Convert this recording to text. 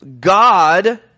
God